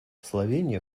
словения